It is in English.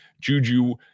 Juju